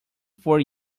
four